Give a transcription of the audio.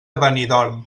benidorm